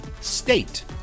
state